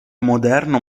moderno